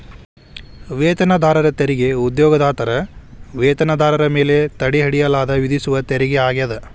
ವೇತನದಾರರ ತೆರಿಗೆ ಉದ್ಯೋಗದಾತರ ವೇತನದಾರರ ಮೇಲೆ ತಡೆಹಿಡಿಯಲಾದ ವಿಧಿಸುವ ತೆರಿಗೆ ಆಗ್ಯಾದ